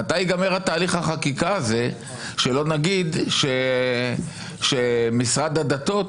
מתי ייגמר תהליך החקיקה הזה, שלא נגיד שמשרד הדתות